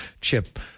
Chip